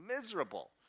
miserable